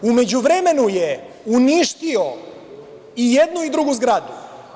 U međuvremenu je uništio i jednu i drugu zgradu.